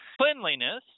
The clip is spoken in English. Cleanliness